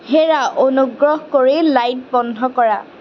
হেৰা অনুগ্ৰহ কৰি লাইট বন্ধ কৰা